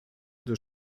des